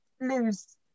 lose